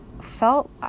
felt